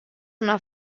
una